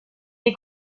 est